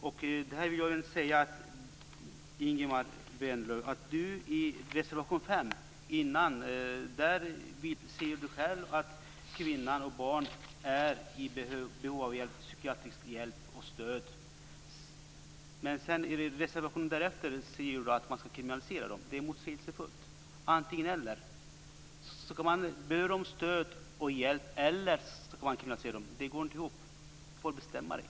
I reservation 5, som bl.a. Ingemar Vänerlöv undertecknat, sägs ju att kvinnor och barn är i behov av psykiatrisk hjälp och av stöd. Men i reservation 6 talas det om en kriminalisering. Detta är motsägelsefullt. Det får vara antingen-eller. Behöver de stöd och hjälp, eller ska de kriminaliseras? Det här går inte ihop. Ingemar Vänerlöv får bestämma sig.